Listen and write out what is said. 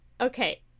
okay